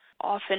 often